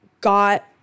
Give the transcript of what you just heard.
got